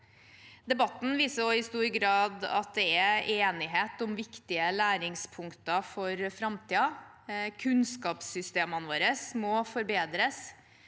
Debatten viser også i stor grad at det er enighet om viktige læringspunkter for framtiden. Kunnskapssystemene våre må forbedres.